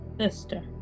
sister